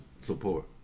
support